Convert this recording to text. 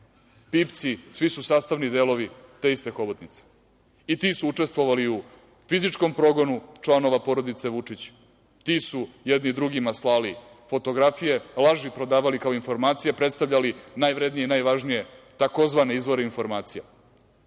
pipci, svi su sastavni delovi te iste hobotnice. I ti su učestovali u fizičkom progonu članova porodice Vučić. Ti su jedni drugima slali fotografije, laži prodavali kao informacije, predstavljali najvrednije i najvažnije takozvane izvore informacija